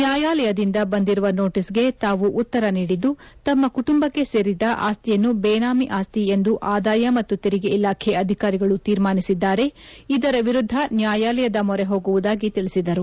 ನ್ಯಾಯಾಲಯದಿಂದ ಬಂದಿರುವ ನೋಟೀಸ್ಗೆ ತಾವು ಉತ್ತರ ನೀಡಿದ್ದು ತಮ್ಮ ಕುಟುಂಬಕ್ಕೆ ಸೇರಿದ ಆಸ್ತಿಯನ್ನು ಬೇನಾಮಿ ಆಸ್ತಿ ಎಂದು ಆದಾಯ ಮತ್ತು ತೆರಿಗೆ ಇಲಾಖೆ ಅಧಿಕಾರಿಗಳು ತೀರ್ಮಾನಿಸಿದ್ದಾರೆ ಇದರ ವಿರುದ್ದ ನ್ಯಾಯಾಲಯದ ಮೊರೆ ಹೋಗುವುದಾಗಿ ತಿಳಿಸಿದರು